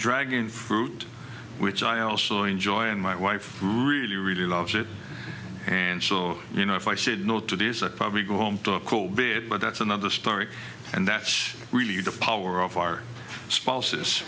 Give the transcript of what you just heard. dragon fruit which i also enjoy and my wife really really loves it and so you know if i should not to this i probably go home to a cool bit but that's another story and that's really the power of our spouses